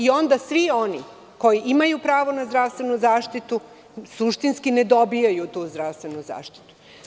Onda svi oni koji imaju pravo na zdravstvenu zaštitu suštinski ne dobijaju tu zdravstvenu zaštitu.